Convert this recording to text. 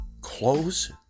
close